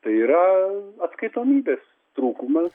tai yra atskaitomybės trūkumas